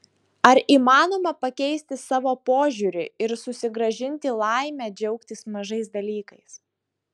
ar įmanoma pakeisti savo požiūrį ir susigrąžinti laimę džiaugtis mažais dalykais